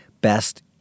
best